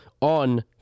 on